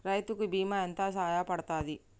రైతు కి బీమా ఎంత సాయపడ్తది?